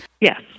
Yes